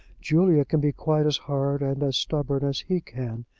julia can be quite as hard and as stubborn as he can.